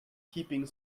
keeping